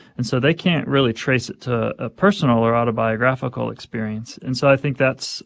and so they can't really trace it to a personal or autobiographical experience. and so i think that's